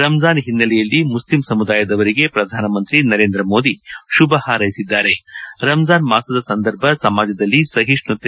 ರಂಜಾನ್ ಹಿನ್ನೆಲೆಯಲ್ಲಿ ಮುಸ್ಲಿಂ ಸಮುದಾಯದವರಿಗೆ ಶ್ರಧಾನಿ ನರೇಂದ್ರ ಮೋದಿ ಶುಭ ಹಾರ್ ರಂಜಾನ್ ಮಾಸದ ಸಂದರ್ಭ ಸಮಾಜದಲ್ಲಿ ಸಹಿಷ್ಣುತೆ